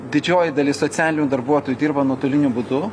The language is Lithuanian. didžioji dalis socialinių darbuotojų dirba nuotoliniu būdu